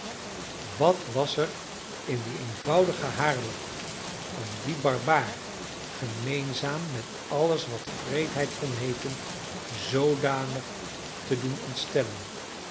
wat was er in die eenvoudige haarlok om dien barbaar gemeenzaam met alles wat wreedheid kon heeten zoodanig te doen ontstellen